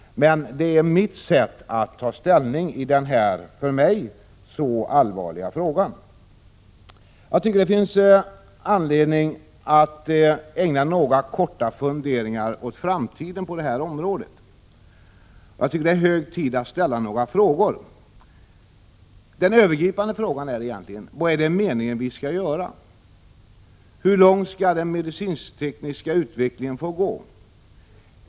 Men det är mitt sätt att ta ställning i denna för mig så allvarliga fråga. Jag tycker att det finns anledning att fundera något över framtiden på detta område. Det är hög tid att ställa några frågor. Den övergripande frågan är: Vad är det meningen att vi skall göra? Hur långt skall den medicinsk-tekniska utvecklingen få gå?